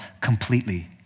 completely